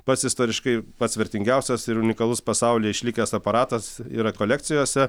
pats istoriškai pats vertingiausias ir unikalus pasaulyje išlikęs aparatas yra kolekcijose